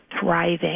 thriving